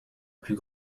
plus